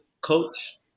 coach